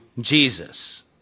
Jesus